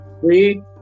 Three